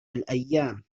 الأيام